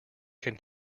can